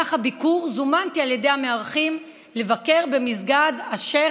במהלך הביקור זומנתי על ידי המארחים לבקר במסגד השייח'